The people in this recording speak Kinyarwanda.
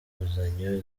inguzanyo